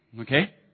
okay